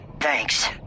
Thanks